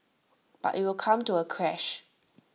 but IT will come to A crash